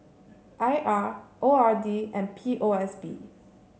I R O R D and P O S B